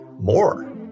more